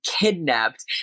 kidnapped